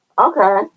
Okay